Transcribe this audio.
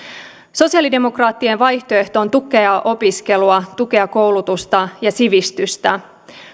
sosialidemokraattien vaihtoehto on tukea opiskelua tukea koulutusta ja sivistystä